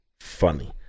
funny